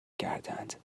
کردند